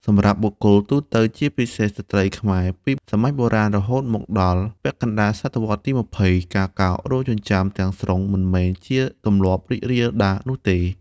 សម្រាប់បុគ្គលទូទៅ ជាពិសេសស្ត្រីខ្មែរពីសម័យបុរាណរហូតដល់ពាក់កណ្តាលសតវត្សទី២០ ការកោររោមចិញ្ចើមទាំងស្រុងមិនមែនជាទម្លាប់រីករាលដាលនោះទេ។